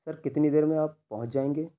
سر کتنی دیر میں آپ پہنچ جائیں گے